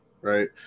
right